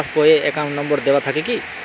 Pass বই এ account number দেওয়া থাকে কি?